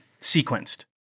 sequenced